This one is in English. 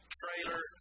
trailer